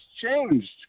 changed